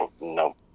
no